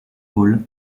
hall